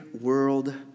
world